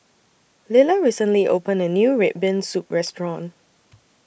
Lila recently opened A New Red Bean Soup Restaurant